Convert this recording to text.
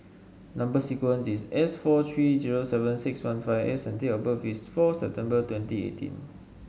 number sequence is S four three zero seven six one five S and date of birth is fourth September twenty eighteen